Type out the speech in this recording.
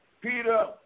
Peter